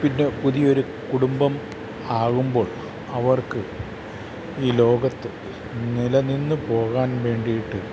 പിന്നെ പുതിയൊരു കുടുംബം ആകുമ്പോൾ അവർക്ക് ഈ ലോകത്ത് നിലനിന്നുപോകാൻ വേണ്ടിയിട്ട്